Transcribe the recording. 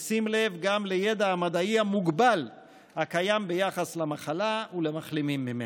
בשים לב גם לידע המדעי המוגבל הקיים ביחס למחלה ולמחלימים ממנה.